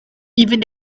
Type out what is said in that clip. even